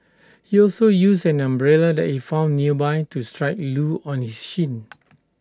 he also used an umbrella that he found nearby to strike Loo on his shin